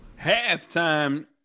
Halftime